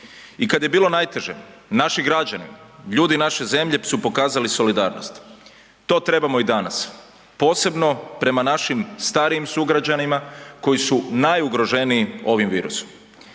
I kad je bilo najteže naši građani, ljudi naše zemlje su pokazali solidarnost. To trebamo i danas, posebno prema našim starijim sugrađanima koji su najugroženiji ovim virusom.